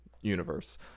Universe